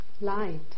light